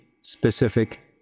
specific